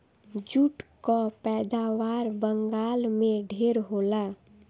jute कअ पैदावार बंगाल में ढेर होला